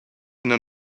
ina